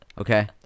Okay